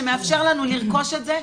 שמאפשר לנו לרכוש את זה,